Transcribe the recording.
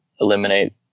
eliminate